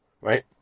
right